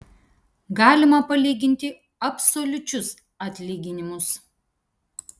galima palyginti absoliučius atlyginimus